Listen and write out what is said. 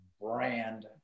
Brand